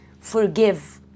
forgive